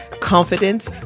confidence